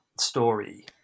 story